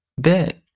bit